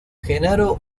genaro